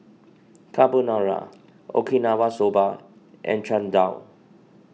Carbonara Okinawa Soba and Chana Dal